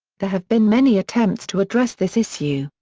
there have been many attempts to address this issue,